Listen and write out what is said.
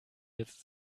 jetzt